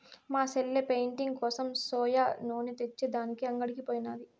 మా సెల్లె పెయింటింగ్ కోసం సోయా నూనె తెచ్చే దానికి అంగడికి పోయినాది